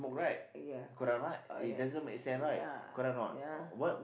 ya oh ya ya